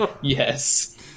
Yes